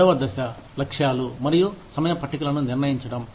రెండవ దశ లక్ష్యాలు మరియు సమయ పట్టికలను నిర్ణయించడం